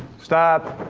stop.